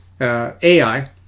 AI